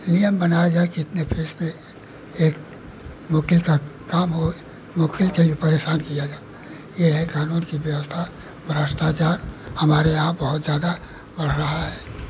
नियम बनाया जाए कि इतने फीस पर एक वक़ील का काम हो वक़ील के लिए परेशान किया जाए यह है क़ानून की व्यवस्था भ्रष्टाचार हमारे यहाँ बहुत ज़्यादा बढ़ रहा है